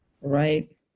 Right